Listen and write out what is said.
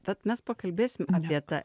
vat mes pakalbėsim apie tą